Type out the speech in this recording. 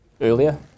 earlier